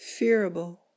fearable